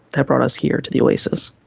that brought us here to the oasis.